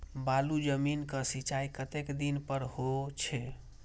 बालू जमीन क सीचाई कतेक दिन पर हो छे?